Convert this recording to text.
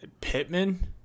Pittman